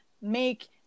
make